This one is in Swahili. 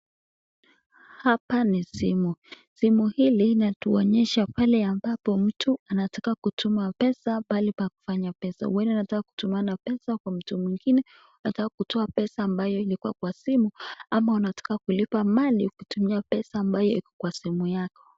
Hapa ni Simi, simu hii linatuonyesha pale hapapo mtu anataka kutuma pesa pahali pa kufanya pesa uenda kama unataka kutumana pesa Kwa mtu mwingineama kutoka pesa ana kununua Mali Kwa simu Yako.